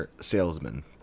salesman